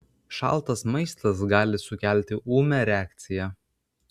šaltas maistas gali sukelti ūmią reakciją